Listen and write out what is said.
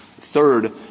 Third